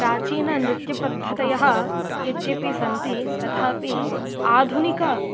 प्राचीनृत्यपद्धतयः यद्यपि सन्ति तथापि आधुनिके